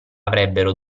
avrebbero